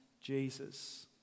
Jesus